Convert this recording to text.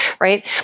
Right